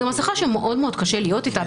זו מסכה שמאוד קשה להיות איתה,